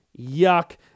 yuck